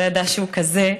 שלא ידע שהוא כזה,